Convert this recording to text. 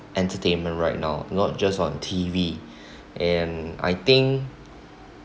entertainment right now not just on T_V and I think